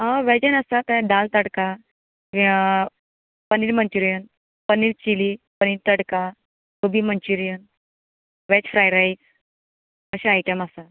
आं वेजान आसता तें dal tadka paneer manchurian paneer chilli paneer tadka gobi manchurian veg fry rice अशें आयटम आसा